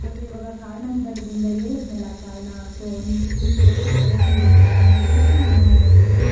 ಆದರೆ ಇವಾಗ ಕಾರಣಾಂತರ್ದಿಂದ ಹೇಳದ್ನಲ ಕಾರಣ ಸೊ ನೀವು ನೀವು ಸೇಫಾಗಿ ತೊಗೊಬಂದು ಬಿಡ್ತೀರ ಅಂತೇಳ್ಬಿಟ್ಟು ನಾನು ಕಾ